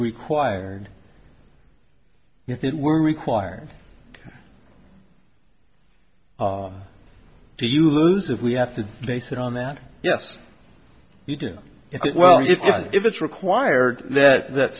we quired if it were required do you lose if we have to base it on that yes you do it well if it's required that that